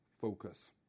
focus